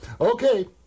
Okay